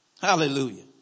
Hallelujah